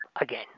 Again